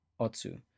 Otsu